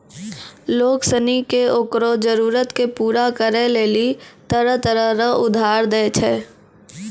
लोग सनी के ओकरो जरूरत के पूरा करै लेली तरह तरह रो उधार दै छै